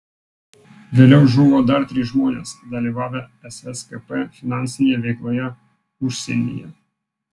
vėliau žuvo dar trys žmonės dalyvavę sskp finansinėje veikloje užsienyje